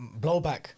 blowback